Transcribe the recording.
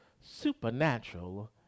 Supernatural